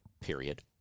period